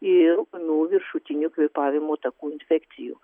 ir ūmių viršutinių kvėpavimo takų infekcijų